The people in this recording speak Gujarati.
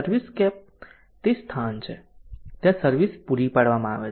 સર્વિસસ્કેપ તે સ્થાન છે જ્યાં સર્વિસ પૂરી પાડવામાં આવે છે